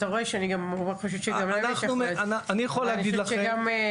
אתה רואה שאני חושבת שגם להם יש אחריות -- אני יכול להגיד לכם,